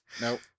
Nope